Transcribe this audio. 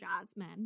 Jasmine